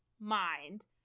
mind